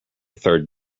third